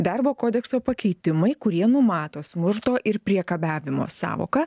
darbo kodekso pakeitimai kurie numato smurto ir priekabiavimo sąvoką